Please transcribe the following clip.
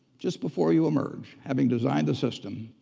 just before you emerge, having designed the system,